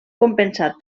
compensat